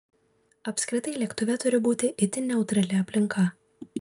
apskritai lėktuve turi būti itin neutrali aplinka